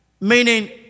meaning